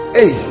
hey